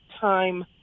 time